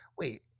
wait